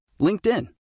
LinkedIn